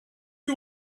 you